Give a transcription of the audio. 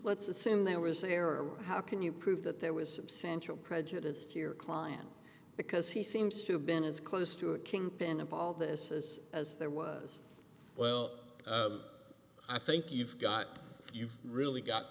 let's assume there was an error how can you prove that there was substantial prejudiced here client because he seems to have been as close to a kingpin of all this is as there was well i think you've got you've really got